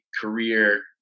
career